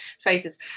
phrases